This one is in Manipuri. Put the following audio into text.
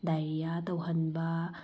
ꯗꯥꯏꯔꯤꯌꯥ ꯇꯧꯍꯟꯕ